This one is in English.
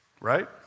Right